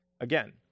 Again